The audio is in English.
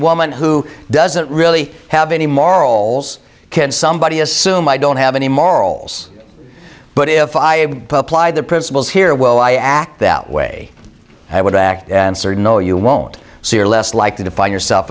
woman who doesn't really have any morals can't somebody assume i don't have any marls but if i ply the principles here well i act that way i would act answer no you won't see or less likely to find yourself